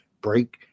break